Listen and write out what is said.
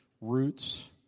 roots